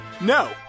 No